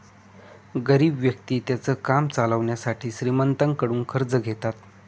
गरीब व्यक्ति त्यांचं काम चालवण्यासाठी श्रीमंतांकडून कर्ज घेतात